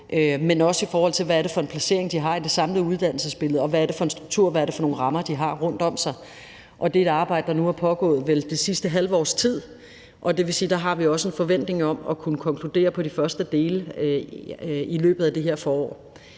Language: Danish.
men også i forhold til hvad det er for en placering, de har i det samlede uddannelsesbillede, og hvad det er for en struktur, og hvad det er for nogle rammer, de har rundt om sig. Og det er et arbejde, der vel nu har pågået det sidste halve års tid, og det vil sige, at der har vi også en forventning om at kunne konkludere på de første dele i løbet af det her forår.